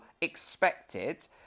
Expected